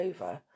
over